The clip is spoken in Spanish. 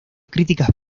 críticas